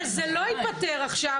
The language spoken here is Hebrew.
אבל זה לא ייפתר עכשיו,